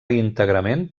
íntegrament